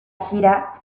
gira